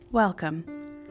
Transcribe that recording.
Welcome